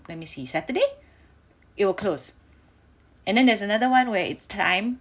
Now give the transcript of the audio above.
let me see Saturday it will close and then there's another one where it's time